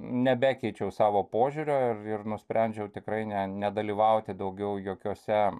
nebekeičiau savo požiūrio ir ir nusprendžiau tikrai ne nedalyvauti daugiau jokiose